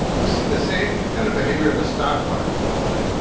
we see the same kind of behaviour in the stock market, by the way.